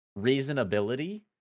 reasonability